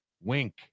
Wink